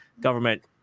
government